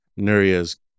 Nuria's